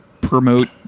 promote